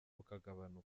bukagabanuka